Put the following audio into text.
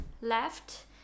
left